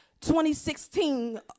2016